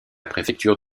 préfecture